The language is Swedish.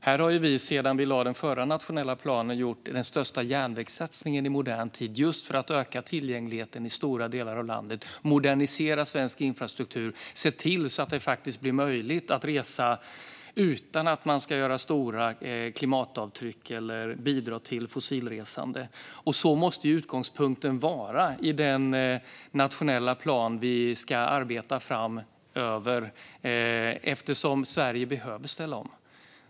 Här har vi sedan den förra nationella planen lades fram gjort den största järnvägssatsningen i modern tid, just för att öka tillgängligheten i stora delar av landet, modernisera svensk infrastruktur och se till att det faktiskt blir möjligt att resa utan stora klimatavtryck eller bidra till fossilresande. Detta måste vara utgångspunkten i den nationella plan vi ska arbeta fram eftersom Sverige behöver ställa om.